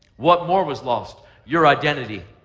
what more was lost? your identity.